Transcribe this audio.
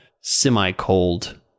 semi-cold